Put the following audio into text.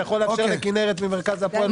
אתה יכול לאפשר לכנרת מרכז הפועל?